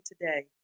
today